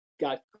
got